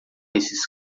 esses